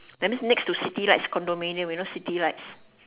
that means next to city right is condominium you know city right